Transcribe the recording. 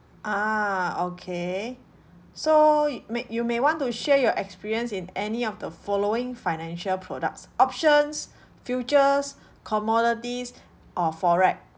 ah okay so may you may want to share your experience in any of the following financial products options futures commodities or forex